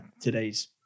Today's